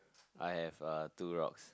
I have uh two rocks